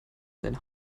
seine